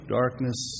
darkness